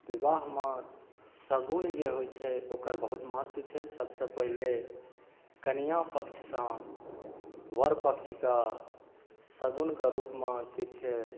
विवाह मे शगुन जे होइ छै ओकर बहुत महत्व छै सबसे पहिले कनिऑं पक्ष सँ वर पक्षके शगुनके रूपमे किछु